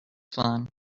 fun